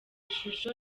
shusho